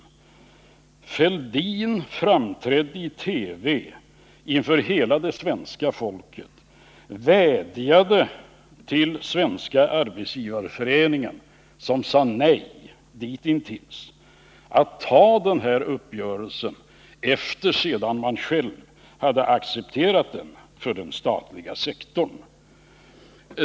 Thorbjörn Fälldin framträdde i TV inför hela det svenska folket och vädjade till Svenska arbetsgivareföreningen — som ditintills hade sagt nej — att ta den här uppgörelsen, efter det att regeringen hade accepterat den för den statliga sektorn.